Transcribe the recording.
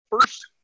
first